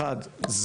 אחת,